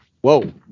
Whoa